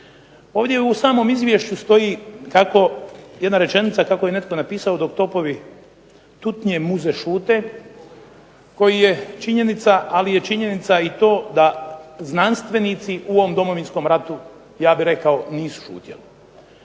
Ovdje u samom Izvješću stoji kako, jedna rečenica kako je netko napisao „Dok topovi tutnje, muze šute“, koji je činjenica ali je činjenica i to da znanstvenici u ovom Domovinskom ratu ja bih rekao nisu šutjeli.